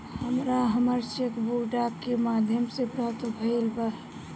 हमरा हमर cheque book डाक के माध्यम से प्राप्त भईल बा